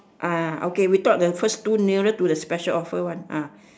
ah okay we talk the first two nearer to the special offer one ah